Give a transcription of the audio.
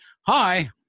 hi